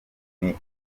uwuhe